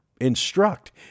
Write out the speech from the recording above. instruct